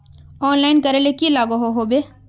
Online करले की लागोहो होबे?